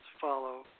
follow